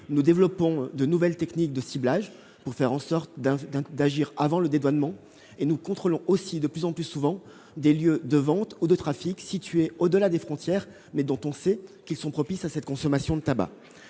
Nous développons de nouvelles techniques de ciblage pour faire en sorte d'agir avant le dédouanement et nous contrôlons aussi de plus en plus souvent des lieux de vente ou de trafic situés au-delà des frontières, mais dont on sait qu'ils sont propices à cette consommation de tabac.